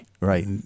right